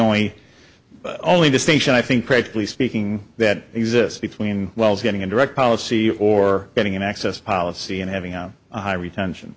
only only distinction i think practically speaking that exists between wells getting a direct policy or getting an access policy and having a high retention